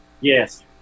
Yes